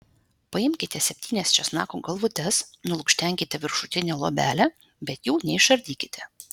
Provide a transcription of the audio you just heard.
paimkite septynias česnako galvutes nulukštenkite viršutinę luobelę bet jų neišardykite